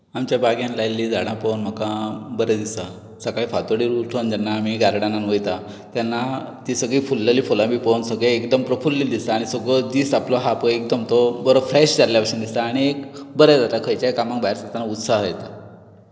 आमच्या बागेंत लायल्लीं झाडां पोवन म्हाका बरें दिसता सकाळी फांतोडेर उटोन जेन्ना आमी गार्डनांत वयता तेन्ना ती सगळीं फुल्लल्ली फुलां बीन पोवन सगळें एकदम प्रफूल्लित दिसता आनी सगळो दीस आपलो आहा पय आपलो तो बरो फ्रेश जाल्ले बशेन दिसता आनीक बरें जाता खंयच्याय कामाक भायर सरताना उत्साह येता